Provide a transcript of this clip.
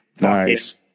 Nice